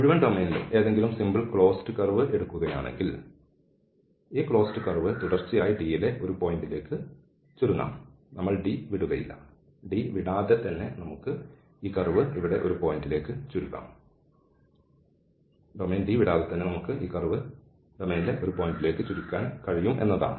മുഴുവൻ ഡൊമെയ്നിലും ഏതെങ്കിലും സിമ്പിൾ ക്ലോസ്ഡ് കർവ് എടുക്കുകയാണെങ്കിൽ ഈ ക്ലോസ്ഡ് കർവ് തുടർച്ചയായി D യിലെ ഒരു പോയിന്റിലേക്ക് ചുരുങ്ങാം നമ്മൾ D വിടുകയില്ല D വിടാതെ നമുക്ക് ഈ കർവ് ഇവിടെ ഒരു പോയിന്റിലേക്ക് ചുരുക്കാം ഡൊമെയ്ൻ D വിടാതെ തന്നെ നമുക്ക് ഈ കർവ് ഒരു പോയിന്റിലേക്ക് ചുരുക്കാൻ കഴിയും എന്നതാണ്